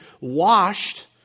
washed